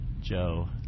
Joe